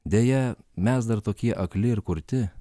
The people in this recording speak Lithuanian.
deja mes dar tokie akli ir kurti